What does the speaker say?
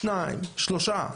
שתיים, שלושה,